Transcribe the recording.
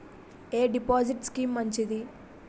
ఎ deposit scheme మంచిది?